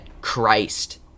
Christ